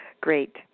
Great